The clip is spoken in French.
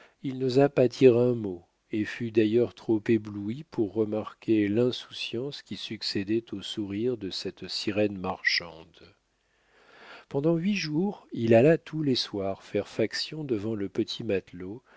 il n'osa pas dire un mot et fut d'ailleurs trop ébloui pour remarquer l'insouciance qui succédait au sourire de cette sirène marchande pendant huit jours il alla tous les soirs faire faction devant le petit matelot